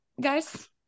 guys